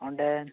ᱚᱸᱰᱮᱱ